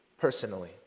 personally